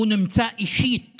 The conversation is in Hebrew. הוא נמצא אישית